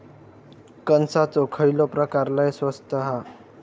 कणसाचो खयलो प्रकार लय स्वस्त हा?